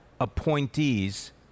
appointees